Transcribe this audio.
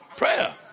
Prayer